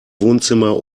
wohnzimmer